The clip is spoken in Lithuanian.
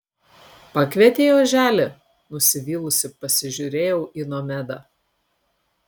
pakvietei oželį nusivylusi pasižiūrėjau į nomedą